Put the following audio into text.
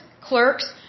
clerks